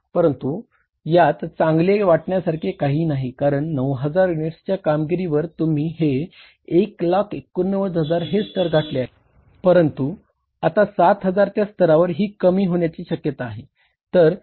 परंतु यात चांगले वाटण्यासारखे काहीही नाही कारण 9000 युनिट्सच्या कामगिरिवर तुम्ही हे 189000 हे स्तर गाठले आहे परंतु आता 7000 च्या स्तरावर ही कमी होण्याची शक्यता आहे